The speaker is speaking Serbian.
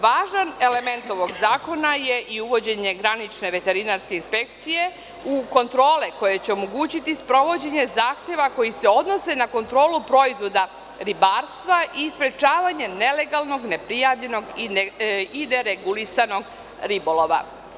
Važan element ovog zakona je i uvođenje granične veterinarske inspekcije u kontrole koje će omogućiti sprovođenje zahteva koji se odnose na kontrolu proizvoda ribarstva i sprečavanje nelegalnog, neprijavljenog i neregulisanog ribolova.